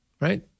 right